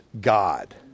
God